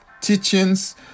teachings